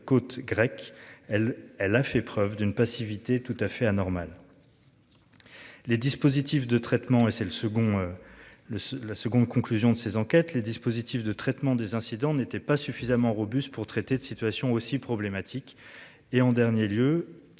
elle elle a fait preuve d'une passivité tout à fait anormal. Les dispositifs de traitement et c'est le second. Le la seconde conclusion de ces enquêtes, les dispositifs de traitement des incidents n'étaient pas suffisamment robuste pour traiter de situations aussi problématique. Et en dernier lieu,